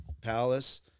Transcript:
palace